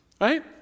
right